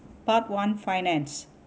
part one finance